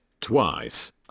twice